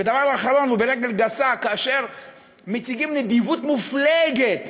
ודבר אחרון, וברגל גסה: כאשר מציגים נדיבות מופלגת